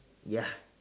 ya